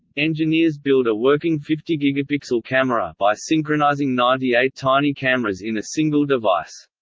engineers build a working fifty gigapixel camera by synchronizing ninety eight tiny cameras in a single device.